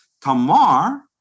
Tamar